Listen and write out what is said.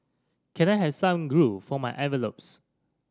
can I have some glue for my envelopes